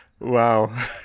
Wow